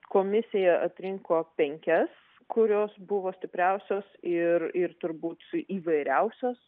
komisija atrinko penkias kurios buvo stipriausios ir ir turbūt įvairiausios